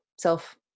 self